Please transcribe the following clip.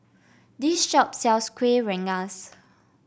this shop sells Kuih Rengas